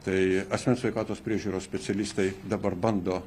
tai asmens sveikatos priežiūros specialistai dabar bando